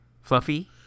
fluffy